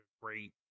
great